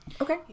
Okay